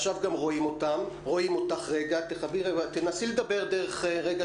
עכשיו נתחיל את הדיון בצורה של ריצ'רץ',